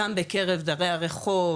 גם בקרב דרי הרחוב,